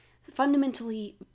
fundamentally